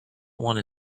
one